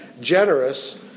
generous